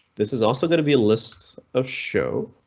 this is also going to be a list of show.